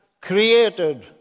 created